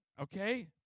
Okay